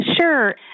Sure